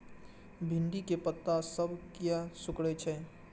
भिंडी के पत्ता सब किया सुकूरे छे?